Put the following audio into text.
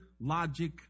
logic